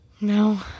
No